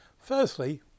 firstly